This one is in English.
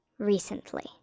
Recently